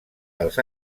els